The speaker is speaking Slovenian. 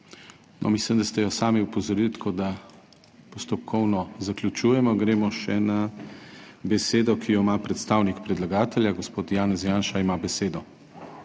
mislim, da ste jo sami opozorili, tako da, postopkovno zaključujemo. Gremo še na besedo, ki jo ima predstavnik predlagatelja. Gospod Janez Janša ima besedo.